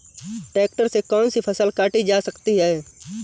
Tractor से कौन सी फसल काटी जा सकती हैं?